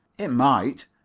it might.